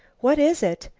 what is it?